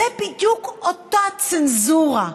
זו בדיוק אותה צנזורה,